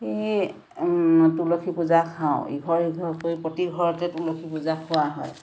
তুলসী পূজা খাওঁ ইঘৰ সিঘৰ কৰি প্ৰতি ঘৰতে তুলসী পূজা খোৱা হয়